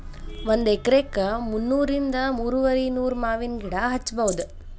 ಒಂದ ಎಕರೆಕ ಮುನ್ನೂರಿಂದ ಮೂರುವರಿನೂರ ಮಾವಿನ ಗಿಡಾ ಹಚ್ಚಬೌದ